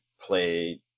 play